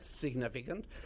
significant